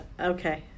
Okay